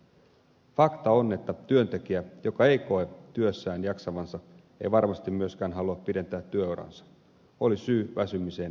fakta on että työntekijä joka ei koe työssään jaksavansa ei varmasti myöskään halua pidentää työuraansa oli syy väsymiseen mikä tahansa